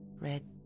Red